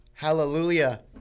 Hallelujah